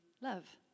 love